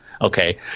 okay